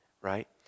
Right